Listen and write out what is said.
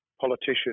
politician